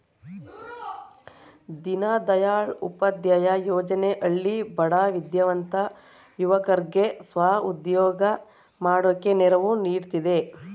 ದೀನದಯಾಳ್ ಉಪಾಧ್ಯಾಯ ಯೋಜನೆ ಹಳ್ಳಿ ಬಡ ವಿದ್ಯಾವಂತ ಯುವಕರ್ಗೆ ಸ್ವ ಉದ್ಯೋಗ ಮಾಡೋಕೆ ನೆರವು ನೀಡ್ತಿದೆ